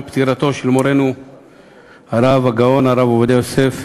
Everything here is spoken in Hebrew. פטירתו של מורנו הרב הגאון הרב עובדיה יוסף,